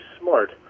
smart